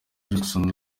jackson